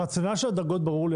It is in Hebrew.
הרציונל של הדרגות ברור לי,